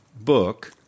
book—